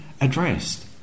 addressed